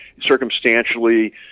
circumstantially